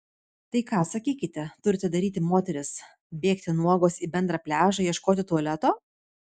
tai ką sakykite turi daryti moterys bėgti nuogos į bendrą pliažą ieškoti tualeto